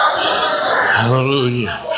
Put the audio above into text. Hallelujah